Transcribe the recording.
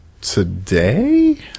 today